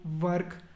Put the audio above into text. work